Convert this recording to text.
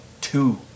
two